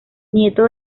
nieto